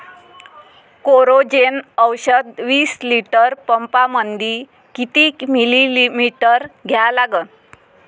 Coragen औषध विस litre पंपामंदी किती मिलीमिटर घ्या लागन?